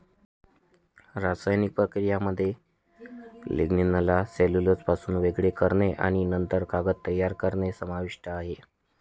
रासायनिक प्रक्रियेमध्ये लिग्निनला सेल्युलोजपासून वेगळे करणे आणि नंतर कागद तयार करणे समाविष्ट आहे